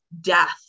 death